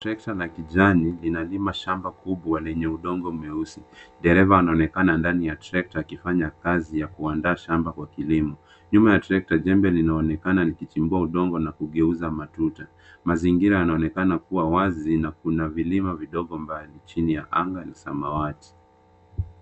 Trekta la kijani inalima shamba kubwa lenye udongo mweusi. Dereva anaonekana ndani ya trekta akifanya kazi ya kuandaa shamba kwa kilimo. Nyuma ya trekta jembe linaonekana likichimbua udongo na kugeuza matuta. Mazingira yanaonekana kuwa wazi na kuna vilima vidogo mbali chini ya anga ya samawati.